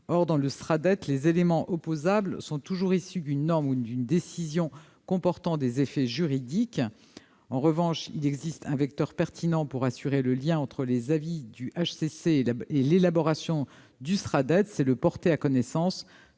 Or, dans le Sraddet, les éléments opposables sont toujours issus d'une norme ou d'une décision comportant des effets juridiques. En revanche, il existe un vecteur pertinent pour assurer le lien entre les avis du Haut Conseil pour le climat et l'élaboration du Sraddet : c'est le dispositif du « porter à connaissance